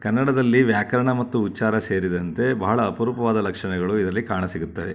ಕನ್ನಡದಲ್ಲಿ ವ್ಯಾಕರಣ ಮತ್ತು ಉಚ್ಛಾರ ಸೇರಿದಂತೆ ಬಹಳ ಅಪರೂಪವಾದ ಲಕ್ಷಣಗಳು ಇದರಲ್ಲಿ ಕಾಣಸಿಗುತ್ತವೆ